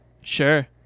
Sure